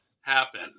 happen